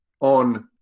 on